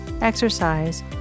exercise